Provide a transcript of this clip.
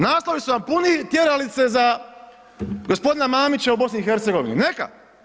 Naslovi su vam puni tjeralice za gospodina Mamića u BiH, neka.